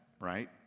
right